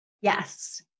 Yes